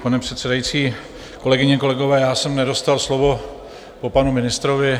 Pane předsedající, kolegyně, kolegové, já jsem nedostal slovo po panu ministrovi.